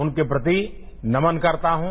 उनके प्रति नमन करता हूं